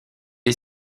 est